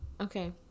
okay